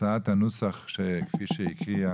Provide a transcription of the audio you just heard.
הצבעה